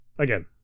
Again